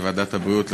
בוועדת הבריאות,